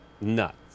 nuts